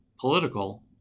political